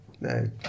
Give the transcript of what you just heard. no